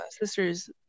sister's